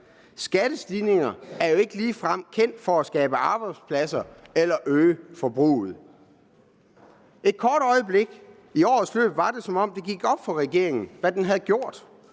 Skattestigninger er jo ikke ligefrem kendt for at skabe arbejdspladser eller øge forbruget. Et kort øjeblik i årets løb var det, som om det gik op for regeringen, hvad den havde gjort.